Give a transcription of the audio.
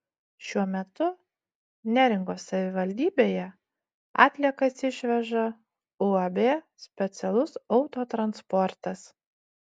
šiuo metu neringos savivaldybėje atliekas išveža uab specialus autotransportas